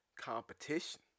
Competition